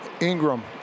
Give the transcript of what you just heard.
Ingram